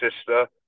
sister